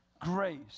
grace